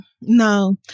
No